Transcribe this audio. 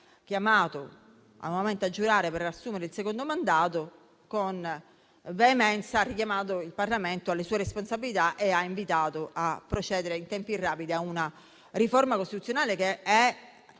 a giurare nuovamente per assumere il secondo mandato, con veemenza ha richiamato il Parlamento alle sue responsabilità e l'ha invitato a procedere in tempi rapidi a una riforma costituzionale attesa